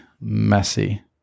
messy